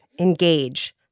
Engage